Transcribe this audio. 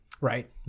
Right